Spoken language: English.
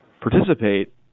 participate